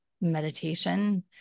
meditation